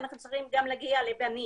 אנחנו צריכים גם להגיע לבנים,